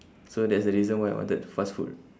so that's the reason why I wanted fast food